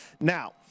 Now